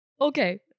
okay